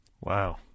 Wow